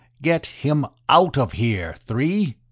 get him out of here, three!